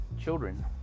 children